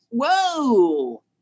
Whoa